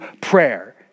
prayer